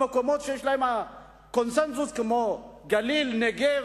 במקומות שיש בהם קונסנזוס, כמו הגליל והנגב,